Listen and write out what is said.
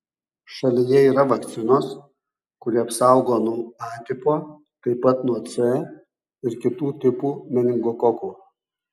šalyje yra vakcinos kuri apsaugo nuo a tipo taip pat nuo c ir kitų tipų meningokokų